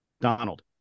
Donald